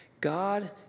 God